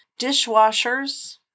dishwashers